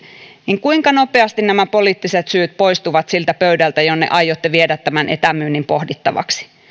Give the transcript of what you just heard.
niin kuinka nopeasti nämä poliittiset syyt poistuvat siltä pöydältä jolle aiotte viedä tämän etämyynnin pohdittavaksi